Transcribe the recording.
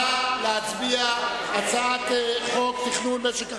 נא להצביע על הצעת חוק תכנון משק החלב.